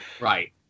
Right